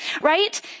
Right